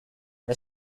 are